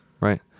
Right